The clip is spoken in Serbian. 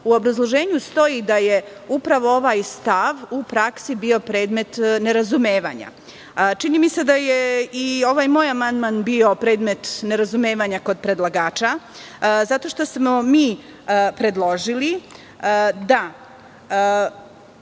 U obrazloženju stoji da je upravo ovaj stav u praksi bio predmet nerazumevanja. Čini mi se da je i ovaj moj amandman bio predmet nerazumevanja kod predlagača zato što smo mi predložili da,